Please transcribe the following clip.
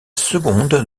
seconde